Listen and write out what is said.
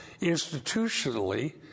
institutionally